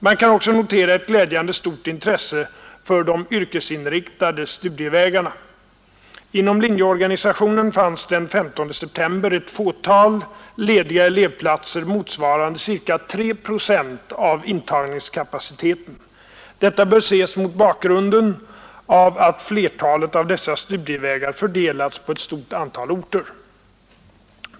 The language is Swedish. Man kan också notera ett glädjande stort intresse för de yrkesinriktade studievägarna. Inom linjeorganisationen fanns den 15 september ett fatal lediga elevplatser. motsvarande ca 3 procent av intagningskapaciteten. Detta bör ses mot bakgrunden av att flertalet av dessa studievägar fördelats på ett stort antal orter.